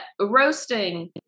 roasting